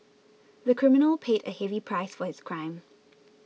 the criminal paid a heavy price for his crime